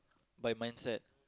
by mindset